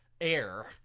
air